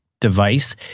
device